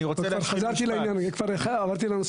אני רוצה משפט על כפר קאסם.